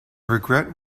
regret